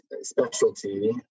specialty